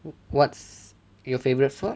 what's your favourite food